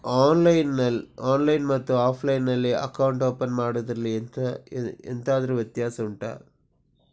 online ಮತ್ತು offline ನಲ್ಲಿ account open ಮಾಡುವುದರಲ್ಲಿ ಎಂತಾದರು ವ್ಯತ್ಯಾಸ ಉಂಟಾ